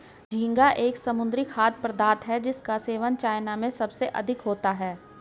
झींगा एक समुद्री खाद्य पदार्थ है जिसका सेवन चाइना में सबसे अधिक होता है